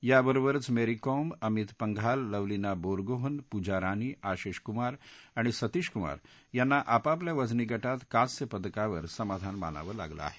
या बरोबरच मेरी कोम अमीत पंघाल लवलीना बोरगोहन पुजा रानी आशिष कुमार आणि सतीश कुमार यांना आपापल्या वजनी गटात कांस्य पदकावर समाधान मानावं लागलं आहे